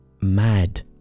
mad